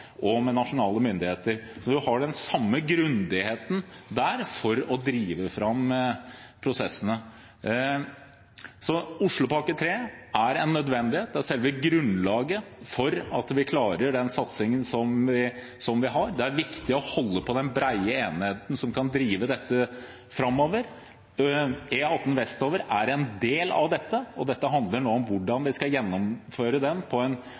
og med nasjonale myndigheter, så vi har den samme grundigheten der for å drive fram prosessene. Oslopakke 3 er en nødvendighet, det er selve grunnlaget for at vi klarer den satsingen som vi har. Det er viktig å holde på den brede enigheten som kan drive dette framover. E18 vestover er en del av dette, og dette handler om hvordan vi skal gjennomføre det på en